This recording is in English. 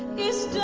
is